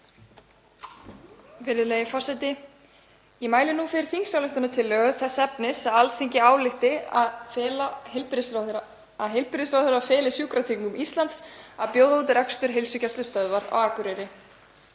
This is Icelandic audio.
Virðulegi forseti. Ég mæli nú fyrir þingsályktunartillögu þess efnis að Alþingi álykti að heilbrigðisráðherra feli Sjúkratryggingum Íslands að bjóða út rekstur heilsugæslustöðvar á Akureyri.